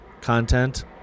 content